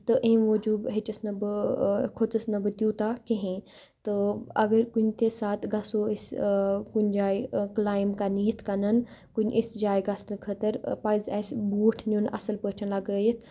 تہٕ أمۍ موٗجوٗب ہیٚچھَس نہٕ بہٕ کھوٗژٕس نہٕ بہٕ توٗتاہ کِہیٖنۍ تہٕ اگر کُنہِ تہِ ساتہٕ گژھو أسۍ کُنہِ جایہِ کٕلایمب کَرنہِ یِتھ کَنَن کُنہِ یِژھ جایہِ گژھنہٕ خٲطرٕ پَزِ اَسہِ بوٗٹھ نیُن اَصٕل پٲٹھۍ لَگٲیِتھ